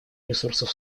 ресурсов